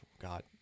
God